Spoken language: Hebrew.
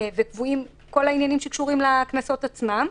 וקבועים כל העניינים שקשורים לקנסות עצמם.